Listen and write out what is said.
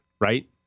right